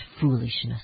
foolishness